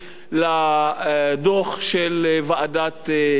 לדוח של ועדת-לוי,